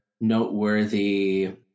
noteworthy